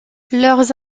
leurs